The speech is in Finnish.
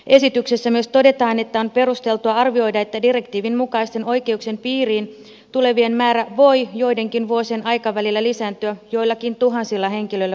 esityksessä myös todetaan että on perusteltua arvioida että direktiivin mukaisten oikeuksien piiriin tulevien määrä voi joidenkin vuosien aikavälillä lisääntyä joillakin tuhansilla henkilöillä vuodessa